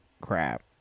crap